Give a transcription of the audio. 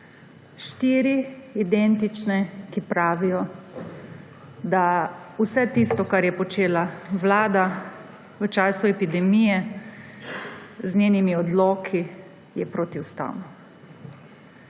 Štiri identične, ki pravijo, da je vse tisto, kar je počela Vlada v času epidemije s svojimi odloki, protiustavno.